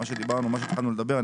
נושא בו התחלנו לדבר.